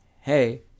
hey